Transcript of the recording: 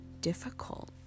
difficult